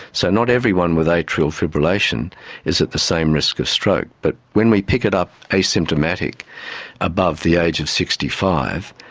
so, not everyone with atrial fibrillation is at the same risk of stroke. but when we pick it up asymptomatic above the age of sixty five,